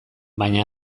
baina